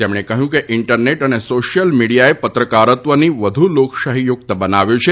તેમણે કહ્યું કે ઇન્ટરનેટ અને સોશિયલ મિડિયાએ પત્રકારત્વની વધુ લોકશાહી યુક્ત બનાવ્યું છે